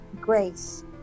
grace